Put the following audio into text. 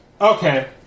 Okay